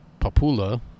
papula